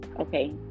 Okay